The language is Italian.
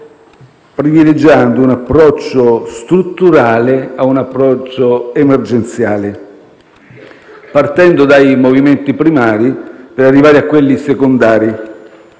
privilegiando un approccio strutturale a un approccio emergenziale, partendo dai movimenti primari per arrivare a quelli secondari.